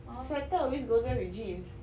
sweater always goes well with jeans